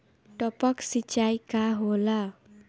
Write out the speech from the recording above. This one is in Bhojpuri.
टपक सिंचाई का होला?